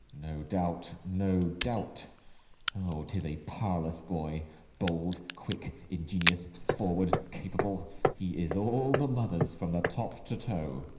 no doubt, no doubt o, tis a parlous boy bold, quick, ingenious, forward, capable he is all the mother's, from the top to toe.